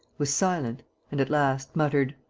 was silent and, at last, muttered